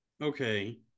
Okay